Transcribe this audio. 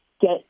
get